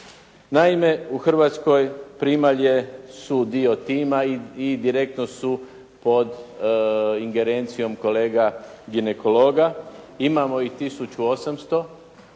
Naime, u Hrvatskoj primalje su dio tima i direktno su pod ingerencijom kolega ginekologa, imamo ih 1800.